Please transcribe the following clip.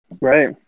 Right